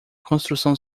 construção